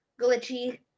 glitchy